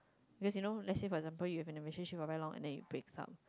because you know let's say for example you have been a relationship for very long and then you breaks up